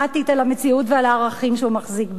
על המציאות ועל הערכים שהוא מחזיק בהם.